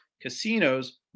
casinos